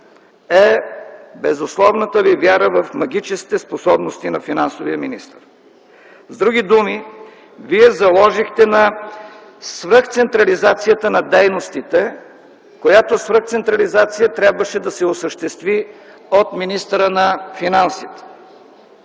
е безусловната Ви вяра в магическите способности на финансовия министър. С други думи, Вие заложихте на свръхцентрализацията на дейностите, която свръхцентрализация трябваше да се осъществи от министъра на финансите,